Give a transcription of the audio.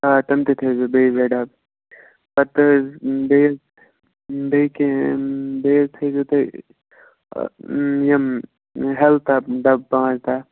آ تِم تہِ تھٲوِزیٚو بیٚیہِ زٕ ڈبہٕ پتہٕ حظ بیٚیہِ بیٚیہِ کیٚنٛہہ بیٚیہِ حظ تھٲوِزیٚو تُہۍ آ یِم ہٮ۪لٕتھ ڈَبہٕ ڈبہٕ پانٛژھ دَہ